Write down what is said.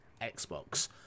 Xbox